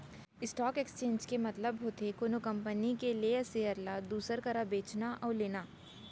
stock exchange के मतलब होथे कोनो कंपनी के लेय सेयर ल दूसर करा बेचना अउ लेना